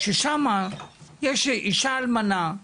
ששם יש אישה אלמנה,